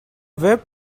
whip